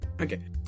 Okay